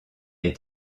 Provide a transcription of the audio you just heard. est